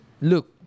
look